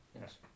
Yes